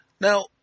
Now